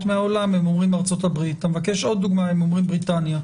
מהעולם הם אומרים ארצות-הברית; אתה מבקש עוד דוגמה הם אומרים בריטניה,